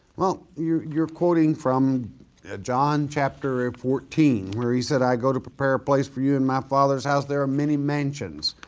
well you're you're quoting from john chapter ah fourteen, where he said, i go to prepare a place for you in my father's house there are many mansions.